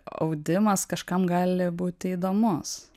audimas kažkam gali būti įdomus